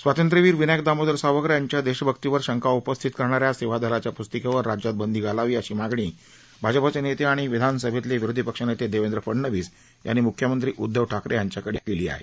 स्वातंत्र्यवीर विनायक दामोदर सावरकर यांच्या देशभक्तीवर शंका उपस्थित करणाऱ्या सेवादलाच्या पूस्तिकेवर राज्यात बंदी घालावी अशी मागणी भाजपाचे नेते आणि विधानसभेतले विरोधी पक्ष नेते देवेंद्र फडनवीस यांनी मुख्यमंत्री उदधव ठाकरे यांच्याकडे केली आहे